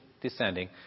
descending